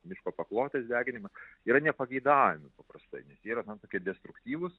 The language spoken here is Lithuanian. miško paklotės deginimas yra nepageidaujami paprastai nes jie yra na tokie destruktyvūs